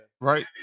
right